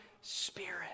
spirit